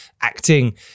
acting